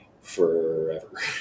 forever